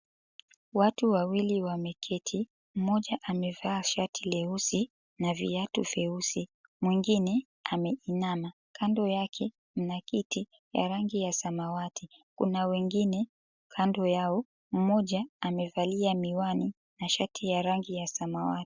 Watu wawili wameketi, mmoja amevaa shati leusi na viatu vyeusi, mwingine ameinama. Kando yake mna kiti ya rangi ya samawati. Kuna wengine kando yao, mmoja amevalia miwani na shati ya rangi ya samawati.